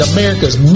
America's